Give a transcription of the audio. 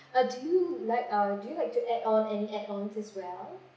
uh do you like uh do you like to add on any add on as well